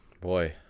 boy